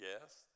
yes